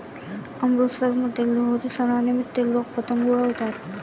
अमृतसरमध्ये लोहरी सणानिमित्त लोक पतंग उडवतात